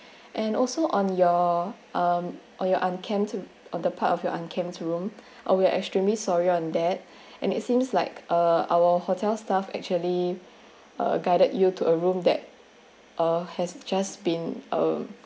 and also on your um on your unkempt on the part of your unkempt room uh we're extremely sorry on that and it seems like uh our hotel staff actually uh guided you to a room that uh has just been uh